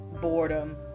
boredom